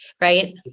right